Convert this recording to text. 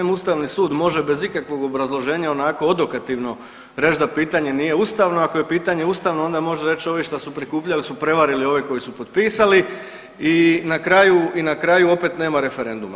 Em Ustavni sud može bez ikakvog obrazloženja onako odokativno reći da pitanje nije ustavno, ako je pitanje ustavno onda može reći ovi što su prikupljali su prevalili ove koji su potpisali i na kraju, i na kraju opet nema referenduma.